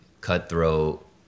cutthroat